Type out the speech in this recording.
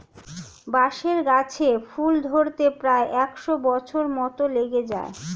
বাঁশের গাছে ফুল ধরতে প্রায় একশ বছর মত লেগে যায়